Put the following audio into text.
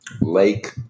Lake